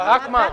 אבל רק מע"מ.